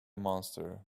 monster